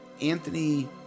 Anthony